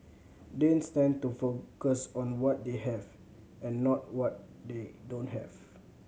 Danes tend to focus on what they have and not what they don't have